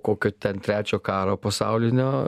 kokio ten trečio karo pasaulinio